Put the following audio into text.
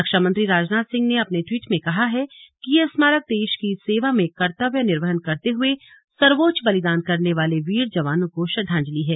रक्षामंत्री राजनाथ सिंह ने अपने ट्वीट में कहा है कि यह स्मारक देश की सेवा में कर्तव्य निर्वहन करते हुए सर्वोच्च बलिदान करने वाले वीर जवानों को श्रद्वांजलि है